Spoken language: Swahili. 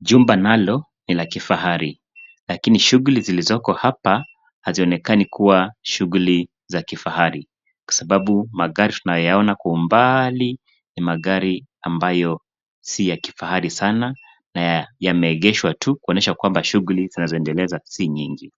Jumba nalo ni la kifahari lakini shuguli zilizoko hapa hazionekani kuwa shuguli za kifahari kwa sababu magari tunayaona kwa umbali ni magari ambayo si ya kifahari sana na yameegeshwa tu kuonyesha kwamba shuguli zinazoendelezwa si nyingi.